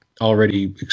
already